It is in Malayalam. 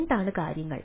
എന്താണ് കാര്യങ്ങൾ